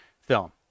film